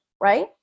right